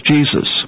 Jesus